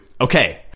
Okay